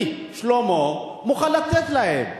אני, שלמה, מוכן לתת להם.